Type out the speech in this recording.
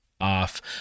off